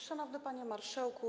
Szanowny Panie Marszałku!